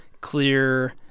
clear